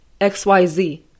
XYZ